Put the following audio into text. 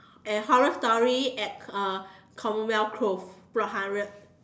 and horror story at uh commonwealth clove block hundred